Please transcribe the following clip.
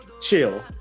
chill